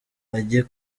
ajye